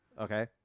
Okay